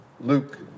Luke